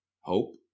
Hope